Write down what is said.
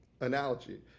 analogy